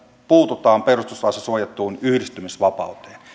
puututaan perustuslaissa suojattuun yhdistymisvapauteen